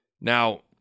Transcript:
Now